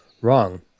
wrong